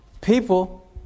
people